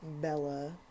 Bella